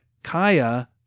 Kaya